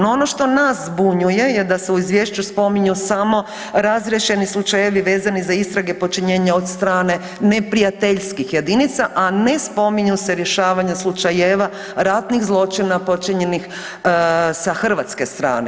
No, ono što nas zbunjuje je da se u izvješću spominju samo razriješeni slučajevi vezani za istrage počinjenja od strane neprijateljskih jedinica, a ne spominju se rješavanja slučajeva ratnih zločina počinjenih sa hrvatske strane.